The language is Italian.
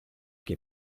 che